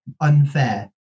unfair